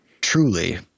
truly